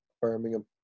Birmingham